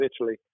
Italy